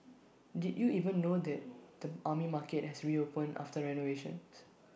did you even know that the Army Market has reopened after renovations